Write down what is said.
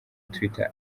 twitter